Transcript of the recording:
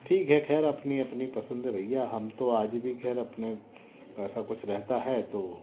ठीक है ख़ैर अपनी अपनी पसंद है भैया हम तो आज भी ख़ैर अपना पैसा कुछ रहता है तो